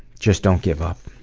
just don't give up.